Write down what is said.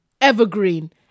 evergreen